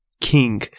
king